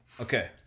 okay